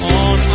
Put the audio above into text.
on